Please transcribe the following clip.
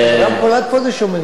עד פה שומעים את זה.